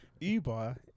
Uber